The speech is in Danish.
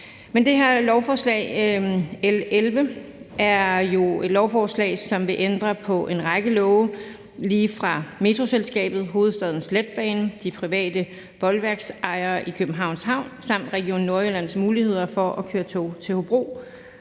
Det her lovforslag, L 11, er jo et lovforslag, som vil ændre på en række love, lige fra Metroselskabet, Hovedstadens Letbane, de private bolværksejere i Københavns Havn samt Region Nordjyllands muligheder for at køre tog til Hobro.